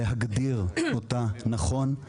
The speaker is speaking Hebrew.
להגדיר אותה נכון.